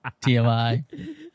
TMI